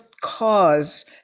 cause